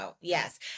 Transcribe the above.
Yes